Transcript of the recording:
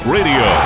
Radio